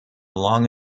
long